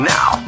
Now